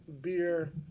beer